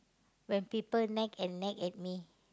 when people nag and nag at me